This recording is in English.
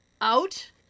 out